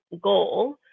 goal